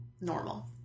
normal